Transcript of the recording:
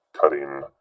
cutting